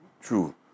true